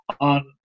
on